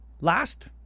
Last